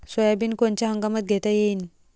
Soybean कोनच्या हंगामात घेता येईन?